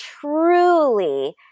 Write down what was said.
truly